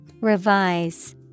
Revise